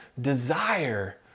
desire